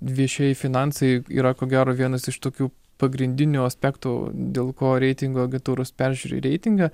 viešieji finansai yra ko gero vienas iš tokių pagrindinių aspektų dėl ko reitingų agentūros peržiūri reitingą